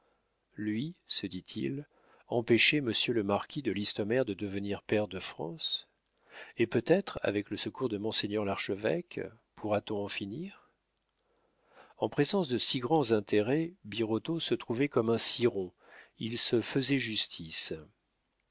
lui se dit-il empêcher monsieur le marquis de listomère de devenir pair de france et peut-être avec le secours de monseigneur l'archevêque pourra-t-on en finir en présence de si grands intérêts birotteau se trouvait comme un ciron il se faisait justice